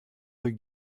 rue